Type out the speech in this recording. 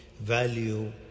value